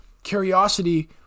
Curiosity